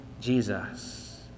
Jesus